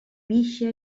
pixa